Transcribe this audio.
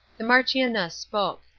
the marchioness spoke.